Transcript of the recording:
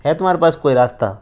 ہے تمہارے پاس کوئی راستہ